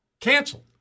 canceled